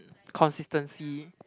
consistency